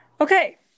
Okay